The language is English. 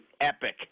epic